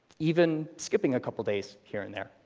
even skipping a couple days, here and there.